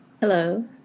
hello